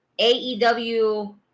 AEW